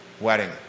wedding